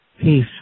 Peace